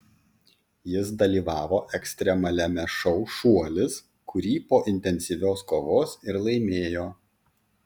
jis dalyvavo ekstremaliame šou šuolis kurį po intensyvios kovos ir laimėjo